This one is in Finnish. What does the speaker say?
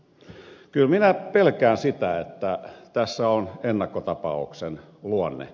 kyllä minä pelkään sitä että tässä on ennakkotapauksen luonne